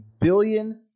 billion